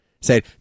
say